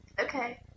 okay